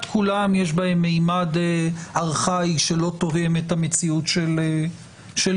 כולם יש בהם ממד ארכאי שלא תואם את המציאות של ימינו.